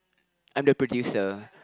I'm the producer